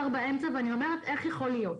באמצע ואני לא מבינה איך זה יכול להיות.